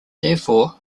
therefore